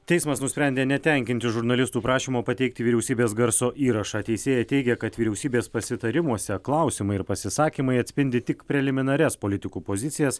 teismas nusprendė netenkinti žurnalistų prašymo pateikti vyriausybės garso įrašą teisėja teigia kad vyriausybės pasitarimuose klausimai ir pasisakymai atspindi tik preliminarias politikų pozicijas